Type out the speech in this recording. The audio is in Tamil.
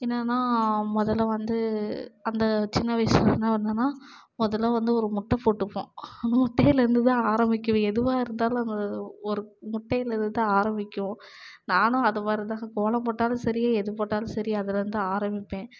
என்னன்னா முதல்ல வந்து அந்த சின்ன வயதுல என்ன பண்ணன்னா முதல்ல வந்து ஒரு முட்டை போட்டுப்போம் முட்டைலயிருந்துதான் ஆரம்பிக்குவேன் எதுவாக இருந்தாலும் அந்த ஒரு முட்டைலயிருந்துதான் ஆரமிக்குவோம் நானும் அதுமாதிரிதான் கோலம் போட்டாலும் சரி எது போட்டாலும் சரி அதுலிருந்துதான் ஆரமிப்பேன்